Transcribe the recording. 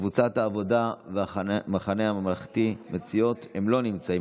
קבוצת העבודה והמחנה הממלכתי לא נמצאים,